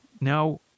now